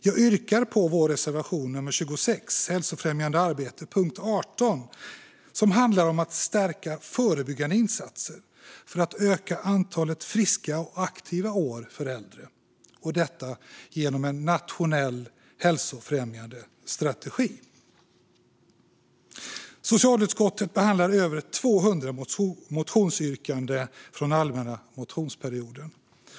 Jag yrkar bifall till vår reservation nummer 26, Hälsofrämjande arbete, under punkt 18, som handlar om att stärka förebyggande insatser för att öka antalet friska och aktiva år för äldre genom en nationell hälsofrämjande strategi. Socialutskottet behandlar över 200 motionsyrkanden från allmänna motionstiden.